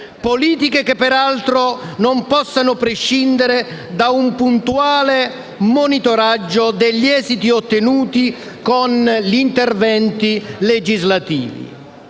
politiche che peraltro non possono prescindere da un puntuale monitoraggio degli esiti ottenuti con gli interventi legislativi.